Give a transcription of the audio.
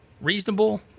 reasonable